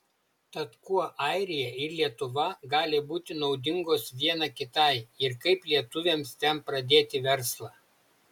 tad kuo airija ir lietuva gali būti naudingos viena kitai ir kaip lietuviams ten pradėti verslą